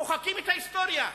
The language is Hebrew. מוחקים את ההיסטוריה.